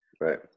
right